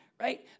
Right